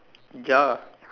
ya